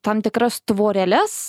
tam tikras tvoreles